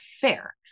fair